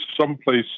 someplace